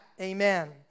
Amen